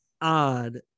odd